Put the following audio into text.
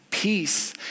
Peace